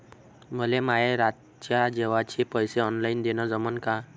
मले माये रातच्या जेवाचे पैसे ऑनलाईन देणं जमन का?